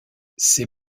ces